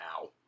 now